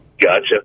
Gotcha